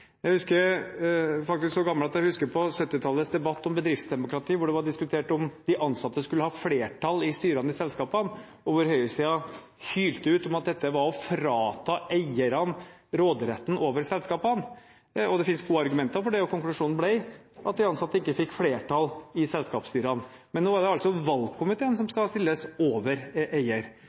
Jeg er faktisk så gammel at jeg husker 1970-tallets debatt om bedriftsdemokrati, hvor det ble diskutert om de ansatte skulle ha flertall i styrene i selskapene, og hvor høyresiden hylte ut om at dette var å frata eierne råderetten over selskapene. Det finnes gode argumenter for det, og konklusjonen ble at de ansatte ikke fikk flertall i selskapsstyrene. Men nå er det altså valgkomiteen som skal stilles over eier,